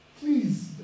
please